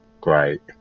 great